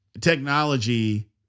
technology